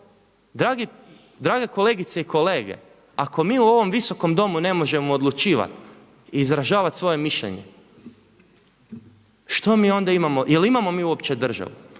Drage kolegice i kolege, ako mi u ovom Visokom domu ne možemo odlučivati i izražavati svoje mišljenje što mi onda imamo? Je li imamo mi uopće državu